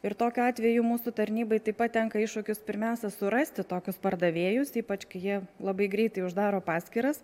ir tokiu atveju mūsų tarnybai taip pat tenka iššūkis pirmiausia surasti tokius pardavėjus ypač kai jie labai greitai uždaro paskyras